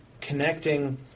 connecting